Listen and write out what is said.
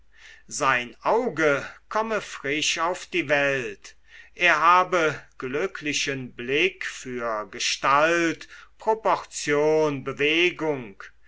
sein auge komme frisch auf die welt er habe glücklichen blick für gestalt proportion bewegung